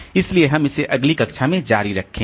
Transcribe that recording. इसलिए हम इसे अगली कक्षा में जारी रखेंगे